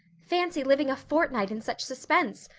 fancy living a fortnight in such suspense!